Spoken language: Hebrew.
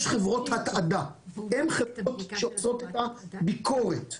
יש חברות התעדה, הן החברות שעושות את הביקורת.